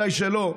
שאולי לא,